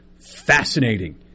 fascinating